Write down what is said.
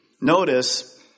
notice